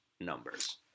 numbers